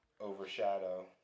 overshadow